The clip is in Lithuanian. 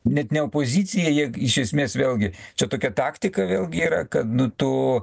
net ne opozicija jie iš esmės vėlgi čia tokia taktika vėlgi yra kad nu tu